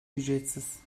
ücretsiz